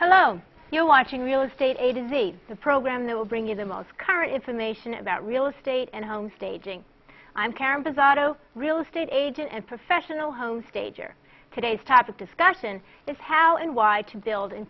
hello you're watching real estate agency the program that will bring you the most current information about real estate and home staging i'm karen bizzaro real estate agent and professional home stager today's topic discussion is how and why to build and